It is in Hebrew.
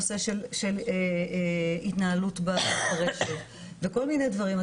בנושא של התנהלות ברשת וכל מיני דברים.